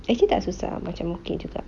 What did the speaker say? actually tak susah macam okay juga